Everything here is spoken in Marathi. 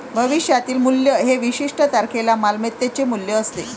भविष्यातील मूल्य हे विशिष्ट तारखेला मालमत्तेचे मूल्य असते